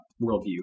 worldview